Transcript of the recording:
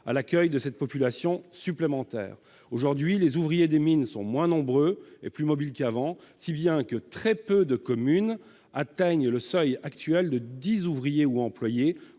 à l'accueil de cette population supplémentaire. Aujourd'hui, les ouvriers des mines sont moins nombreux et plus mobiles qu'avant, si bien que très peu de communes atteignent le seuil actuel de dix ouvriers ou employés